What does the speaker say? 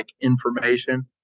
information